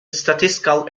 statistical